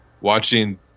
Watching